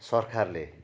सरकारले